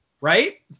Right